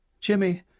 Jimmy